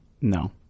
No